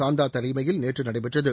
சாந்தா தலைமையில் நேற்று நடைபெற்றது